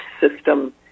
system